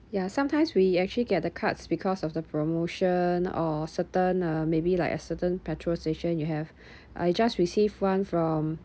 ya sometimes we actually get the cards because of the promotion or certain uh maybe like a certain petrol station you have I just receive one from